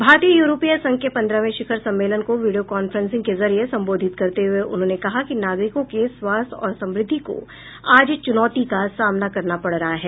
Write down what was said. भारतीय यूरोपीय संघ के पंद्रहवें शिखर सम्मेलन को वीडियो कांफ्रेंसिंग के जरिये संबोधित करते हुए उन्होंने कहा कि नागरिकों के स्वास्थ्य और समृद्धि को आज चुनौती का सामना करना पड़ रहा है